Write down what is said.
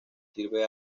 sirve